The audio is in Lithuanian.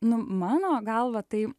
nu mano galva tai